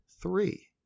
three